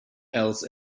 else